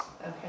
Okay